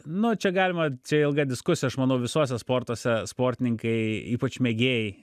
nu čia galima čia ilga diskusija aš manau visuose sportuose sportininkai ypač mėgėjai